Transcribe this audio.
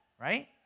right